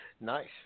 Nice